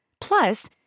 Plus